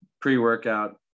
pre-workout